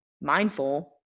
mindful